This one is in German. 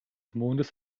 mondes